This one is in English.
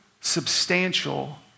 substantial